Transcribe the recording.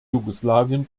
jugoslawien